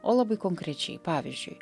o labai konkrečiai pavyzdžiui